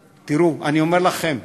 תראו, אני אומר לכם,